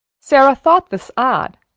sara thought this odd,